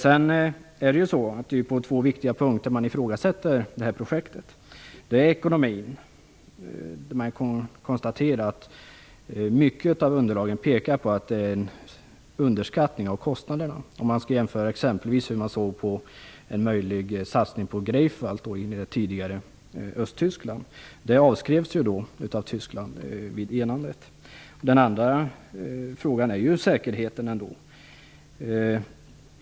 Det är på två viktiga punkter man ifrågasätter det här projektet. Det är ekonomin, där man konstaterar att mycket av underlaget pekar på att kostnaderna underskattas, om man skall jämföra exempelvis med hur man såg på en möjlig satsning på Greifswald i det tidigare Östtyskland. Det avskrevs av Tyskland vid enandet. Den andra frågan gäller säkerheten.